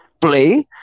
play